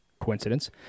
Coincidence